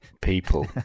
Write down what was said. people